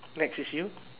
next is you